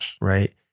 Right